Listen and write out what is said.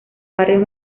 barrios